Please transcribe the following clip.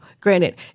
granted